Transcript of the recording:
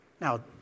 Now